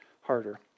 harder